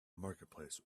marketplace